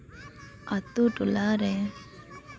ᱟᱹᱛᱩ ᱴᱚᱞᱟ ᱨᱮᱱ